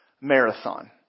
marathon